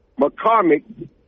McCormick